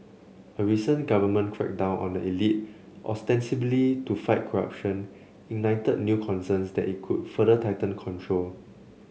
a recent government crackdown on the elite ostensibly to fight corruption ignited new concerns that it could further tighten control